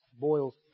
boils